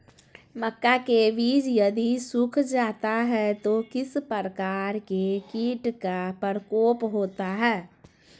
मक्का के बिज यदि सुख जाता है तो किस प्रकार के कीट का प्रकोप होता है?